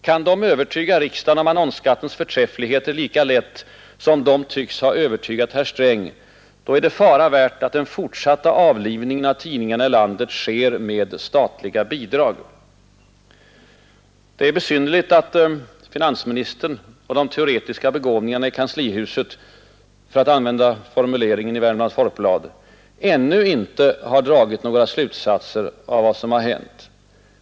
Kan de övertyga riksdagen om annonsskattens förträfflighet lika lätt som de tycks ha övertygat herr Sträng, så är det fara värt att den fortsatta avlivningen av tidningarna i landet sker med statliga bidrag.” Det är besynnerligt att finansministern och de teoretiska begåvningarna i kanslihuset — för att använda formuleringen i Värmlands Folkblad — ännu inte har dragit några slutsatser av vad som har hänt.